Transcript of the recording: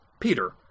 Peter